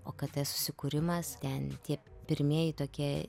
okt susikūrimas ten tie pirmieji tokie